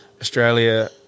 Australia